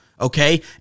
Okay